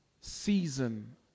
season